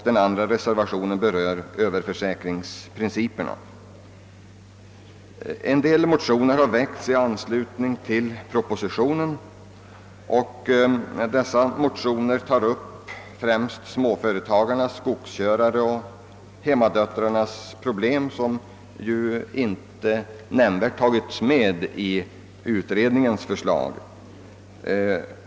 Den andra reservationen berör överförsäkringsprinciperna. En del motioner har väckts i anslutning till propositionen, och dessa motioner tar upp främst småföretagarnas, skogskörarnas och hemmadöttrarnas problem, vilka inte nämnvärt behandlas i utredningens förslag.